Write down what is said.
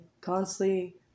constantly